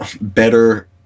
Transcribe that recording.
better